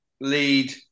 lead